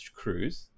cruise